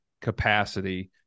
capacity